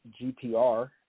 GPR